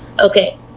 Okay